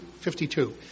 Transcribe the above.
52